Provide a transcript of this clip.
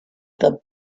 the